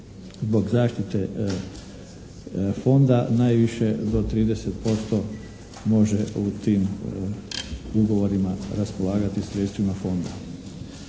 zbog zaštite fonda najviše do 30% može u tim ugovorima raspolagati sredstvima fonda.